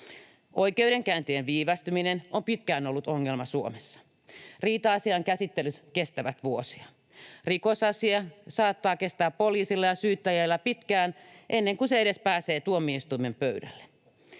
Oikeudenkäyntien viivästyminen on pitkään ollut ongelma Suomessa. Riita-asiain käsittelyt kestävät vuosia. Rikosasia saattaa seistä poliisilla ja syyttäjällä pitkään ennen kuin se edes pääsee tuomioistuimen pöydälle.